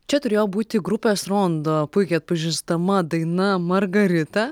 čia turėjo būti grupės rondo puikiai atpažįstama daina margarita